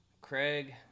Craig